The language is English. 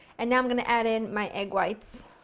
and now i'm going to add in my egg whites.